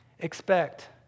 Expect